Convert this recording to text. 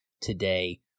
today